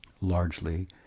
largely